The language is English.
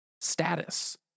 status